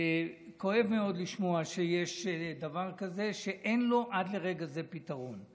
כואב מאוד לשמוע שיש דבר כזה שאין לו עד לרגע זה פתרון.